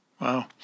Wow